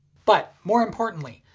but more importantly,